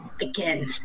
Again